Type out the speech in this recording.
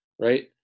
right